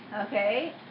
okay